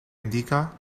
indica